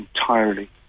entirely